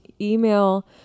email